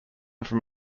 from